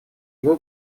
его